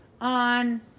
on